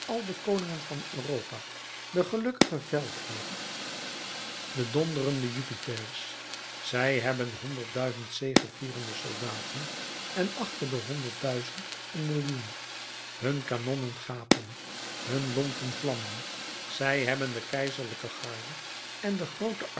al de koningen van europa de gelukkige veldheeren de donderende jupiters zij hebben honderd duizend zegevierende soldaten en achter de honderd duizend een millioen hun kanonnen gapen hun lonten vlammen zij hebben de keizerlijke garde en de groote